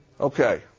Okay